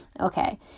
Okay